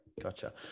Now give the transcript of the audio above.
gotcha